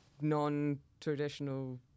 non-traditional